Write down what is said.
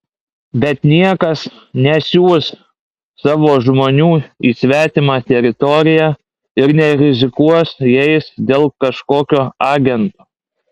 bet niekas nesiųs savo žmonių į svetimą teritoriją ir nerizikuos jais dėl kažkokio agento